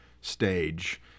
stage